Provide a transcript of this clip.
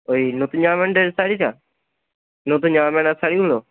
ওই নতুন জামা প্যান্টের শাড়িটা নতুন জামা প্যান্ট আর শাড়িগুলো